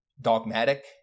dogmatic